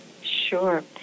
Sure